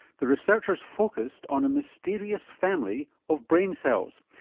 the researchers focussed on a mysterious family of brain cells.